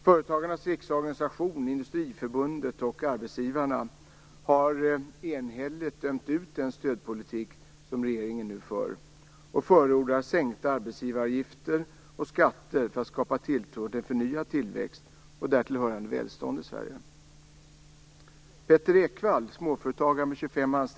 Företagarnas riksorganisation, Industriförbundet och Arbetsgivareföreningen har enhälligt dömt ut den stödpolitik som regeringen nu för och förordar i stället sänkta arbetsgivaravgifter och skatter för att skapa tilltro till förnyad tillväxt och därtill hörande välstånd i Sverige.